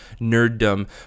nerddom